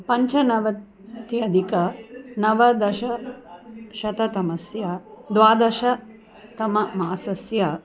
पञ्चनवत्यधिक नवदशशततमस्य द्वादशतममासस्य